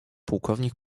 pułkownik